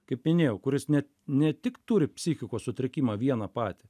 kaip minėjau kuris net ne tik turi psichikos sutrikimą vieną patį